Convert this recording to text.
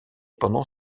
pendant